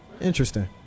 Interesting